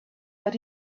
but